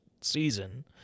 season